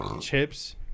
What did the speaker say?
Chips